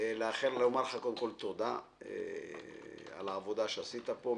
אני רוצה לומר לך קודם כל תודה על העבודה שעשית פה,